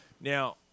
Now